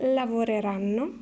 lavoreranno